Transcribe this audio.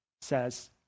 says